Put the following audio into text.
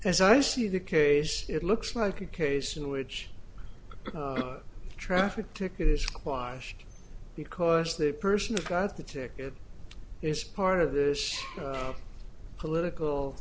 as i see the case it looks like a case in which a traffic ticket is squashed because the person who got the ticket is part of the political